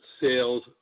sales